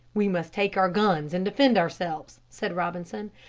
we must take our guns and defend ourselves, said robinson.